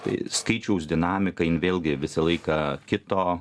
tai skaičiaus dinamika jin vėlgi visą laiką kito